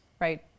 right